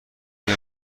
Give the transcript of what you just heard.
این